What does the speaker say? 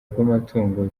bw’amatungo